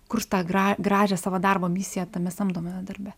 kurs tą gra gražią savo darbo misiją tame samdomame darbe